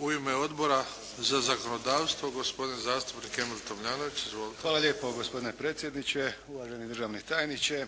U ime Odbora za zakonodavstvo, gospodin zastupnik Emil Tomljanović. Izvolite. **Tomljanović, Emil (HDZ)** Hvala lijepo. Gospodine predsjedniče, uvaženi državni tajniče.